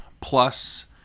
plus